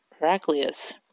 Heraclius